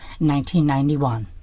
1991